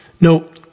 No